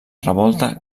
revolta